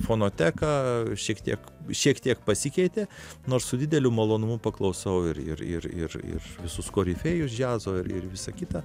fonoteka šiek tiek šiek tiek pasikeitė nors su dideliu malonumu paklausau ir ir ir ir ir visus korifėjus džiazo ir ir visa kita